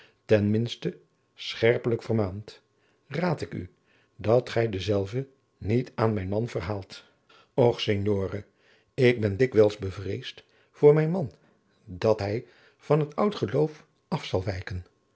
ten minste scherpelijk vermaand raad ik u dat gij dezelve niet aan mijn man verhaalt och signore ik ben dikwijls bevreesd voor mijn man dat hij van het oud geadriaan loosjes pzn het leven van maurits lijnslager loof af zal wijken